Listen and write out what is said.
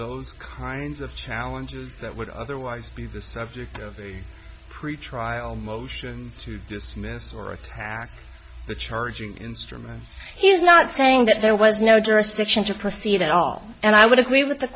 those kinds of challenges that would otherwise be the subject of a pretrial motion to dismiss or attack the charging instrument he is not saying that there was no jurisdiction to proceed at all and i would agree with the